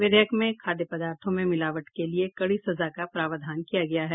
विधेयक में खाद्य पदार्थों में मिलावट के लिए कड़ी सजा का प्रावधान किया गया है